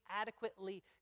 adequately